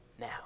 now